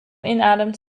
inademt